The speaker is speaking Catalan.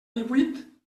divuit